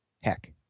heck